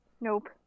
Nope